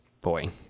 boy